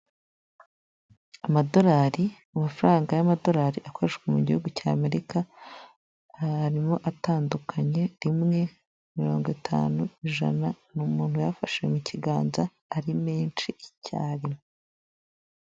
Serivisi za banki ya kigali zegerejwe abaturage ahanga baragaragaza uko ibikorwa biri kugenda bikorwa aho bagaragaza ko batanga serivisi zo kubika, kubikura, kuguriza ndetse no kwakirana yombi abakiriya bakagira bati murakaza neza.